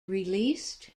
released